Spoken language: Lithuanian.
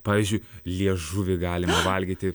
pavyzdžiui liežuvį galima valgyti